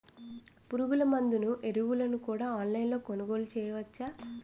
పురుగుమందులు ఎరువులను కూడా ఆన్లైన్ లొ కొనుగోలు చేయవచ్చా?